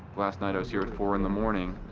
last night i was here at four in the morning,